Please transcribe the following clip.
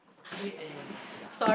okay anyways ya